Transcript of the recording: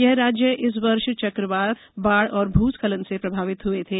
यह राज्य इस वर्ष चक्रवात बाढ़ और भूस्खलन से प्रभावित हुए थे